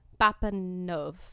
Bapanov